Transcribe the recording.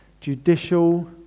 judicial